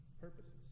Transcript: purposes